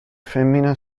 femmina